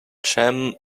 cam